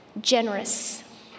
Generous